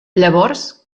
llavors